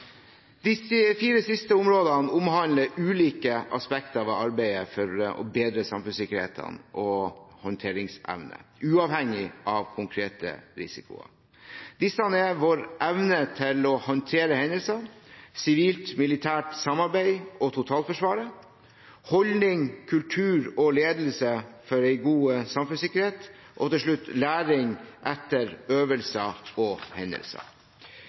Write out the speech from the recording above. De fire siste områdene omhandler ulike aspekter ved arbeidet for å bedre samfunnssikkerheten og håndteringsevnen, uavhengig av konkrete risikoer. Disse er: vår evne til å håndtere hendelser sivilt–militært samarbeid og totalforsvaret holdning, kultur og ledelse for en god samfunnssikkerhet læring etter øvelser og hendelser